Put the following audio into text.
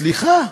סליחה,